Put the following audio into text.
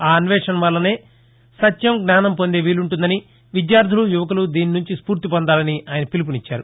ఆ అన్వేషణ వల్లనే సత్యం జ్ఞానం పొందే వీలుంటుందని విద్యార్దులు యువకులు దీని నుంచి స్పూర్తి పొందాలని ఆయన పిలుపునిచ్చారు